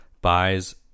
buys